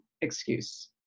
excuse